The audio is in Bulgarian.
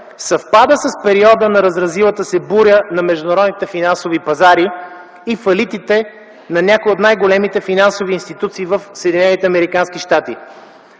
съвпада с периода на разразилата се буря на международните финансови пазари и фалитите на някои от най-големите финансови институции в